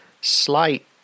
slight